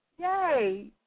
Yay